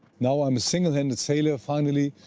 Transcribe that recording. now i am a single-handed sailor finally,